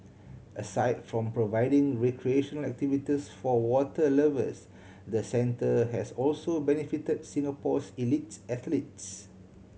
aside from providing recreational activities for water lovers the centre has also benefit Singapore's elites athletes